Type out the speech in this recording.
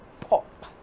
pop